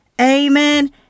Amen